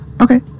Okay